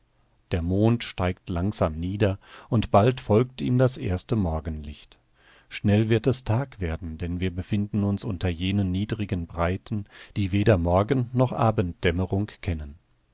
der mond steigt langsam nieder und bald folgt ihm das erste morgenlicht schnell wird es tag werden denn wir befinden uns unter jenen niedrigen breiten die weder morgen noch abenddämmerung kennen